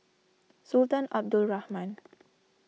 Sultan Abdul Rahman